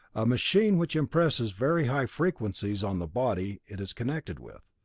a machine which impresses very high frequencies on the body it is connected with.